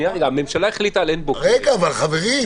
הממשלה החליטה על עין בוקק --- בעין בוקק